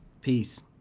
peace